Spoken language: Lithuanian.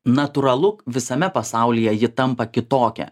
natūralu visame pasaulyje ji tampa kitokia